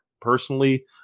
Personally